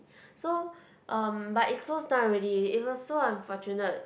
so um but it close down already it was so unfortunate